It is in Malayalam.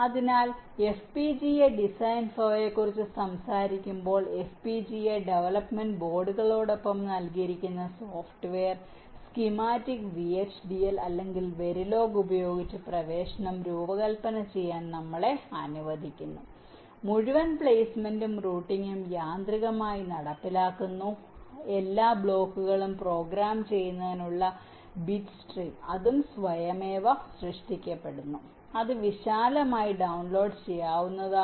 അതിനാൽ FPGA ഡിസൈൻ ഫ്ലോയെക്കുറിച്ച് സംസാരിക്കുമ്പോൾ FPGA ഡെവലപ്മെന്റ് ബോർഡുകളോടൊപ്പം നൽകിയിരിക്കുന്ന സോഫ്റ്റ്വെയർ സ്കീമാറ്റിക് VHDL അല്ലെങ്കിൽ വെരിലോഗ് ഉപയോഗിച്ച് പ്രവേശനം രൂപകൽപ്പന ചെയ്യാൻ നമ്മളെ അനുവദിക്കുന്നു മുഴുവൻ പ്ലെയ്സ്മെന്റും റൂട്ടിംഗും യാന്ത്രികമായി നടപ്പിലാക്കുന്നു എല്ലാ ബ്ലോക്കുകളും പ്രോഗ്രാം ചെയ്യുന്നതിനുള്ള ബിറ്റ് സ്ട്രീം അതും സ്വയമേവ സൃഷ്ടിക്കപ്പെടുന്നു അത് വിശാലമായി ഡൌൺലോഡ് ചെയ്യാവുന്നതാണ്